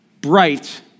bright